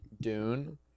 dune